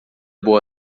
boa